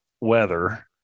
weather